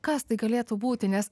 kas tai galėtų būti nes